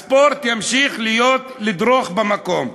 הספורט ימשיך לדרוך במקום.